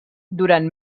durant